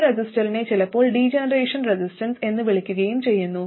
ഈ റെസിസ്റ്ററിനെ ചിലപ്പോൾ ഡീജനറേഷൻ റെസിസ്റ്റൻസ് എന്ന് വിളിക്കുകയും ചെയ്യുന്നു